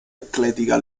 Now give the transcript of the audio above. atletica